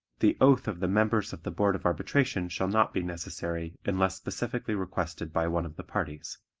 the oath of the members of the board of arbitration shall not be necessary unless specifically requested by one of the parties.